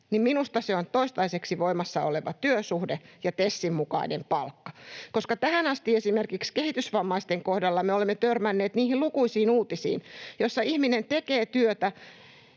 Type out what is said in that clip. niin minusta se on toistaiseksi voimassa oleva työsuhde ja TESin mukainen palkka. Tähän asti esimerkiksi kehitysvammaisten kohdalla me olemme törmänneet niihin lukuisiin uutisiin, joissa ihminen tekee työtä,